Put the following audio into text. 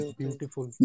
beautiful